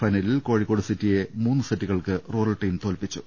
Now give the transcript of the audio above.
ഫൈനലിൽ കോഴിക്കോട് സിറ്റിയെ മൂന്ന് സെറ്റുകൾക്ക് റൂറൽ ടീം തോൽപ്പിച്ചു